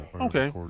Okay